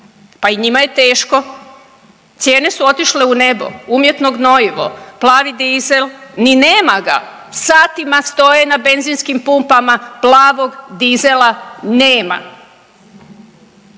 pa i njima je teško. Cijene su otišle u nebo, umjetno gnojivo, plavi dizel ni nema ga, satima stoje na benzinskim pumpama plavog dizela nema.